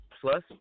plus